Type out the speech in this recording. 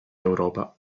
europa